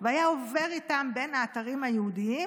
הוא היה עובר איתם בין האתרים היהודיים